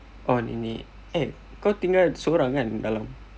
oh nenek eh kau tinggal sorang kan dalam